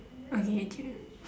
okay two